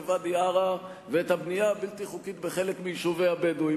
בוואדי-עארה ואת הבנייה הבלתי-חוקית בחלק מיישובי הבדואים.